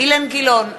אילן גילאון,